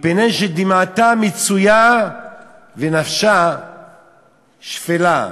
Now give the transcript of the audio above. מפני ש"דמעתה מצויה ונפשה שפלה".